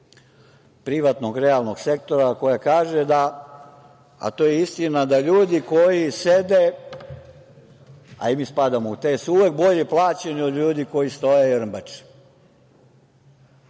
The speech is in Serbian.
privatnog realnog sektora, koja kaže da, a to je istina, da ljudi koji sede, a i mi spadamo u te, su uvek bolje plaćeni od ljudi koji stoje i rmbače. Kažu,